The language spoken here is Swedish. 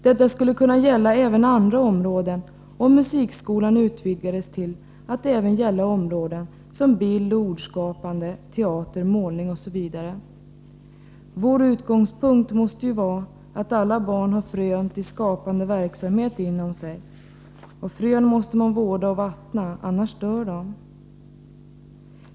Detta skulle kunna gälla även andra områden, om musikskolan utvidgades till att gälla även bildoch ordskapande, teater, målning osv. Vår utgångspunkt måste vara att alla barn har frön till skapande verksamhet inom sig, och frön måste man vårda och vattna — annars dör de.